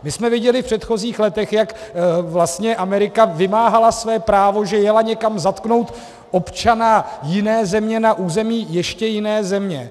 My jsme viděli v předchozích letech, jak vlastně Amerika vymáhala své právo, že jeli někam zatknout občana jiné země na území ještě jiné země.